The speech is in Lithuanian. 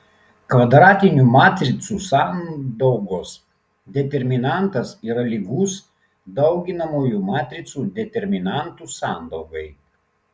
kvadratinių matricų sandaugos determinantas yra lygus dauginamųjų matricų determinantų sandaugai